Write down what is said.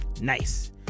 Nice